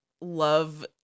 love